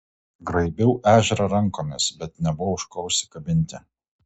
graibiau ežerą rankomis bet nebuvo už ko užsikabinti